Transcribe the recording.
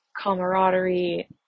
camaraderie